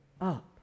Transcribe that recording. up